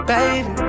Baby